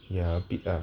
ya a bit lah